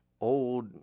old